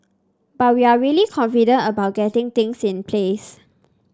but we're really confident about getting things in place